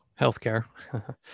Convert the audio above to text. healthcare